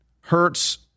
hurts